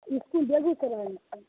इसकुल बेगूसरायमे छै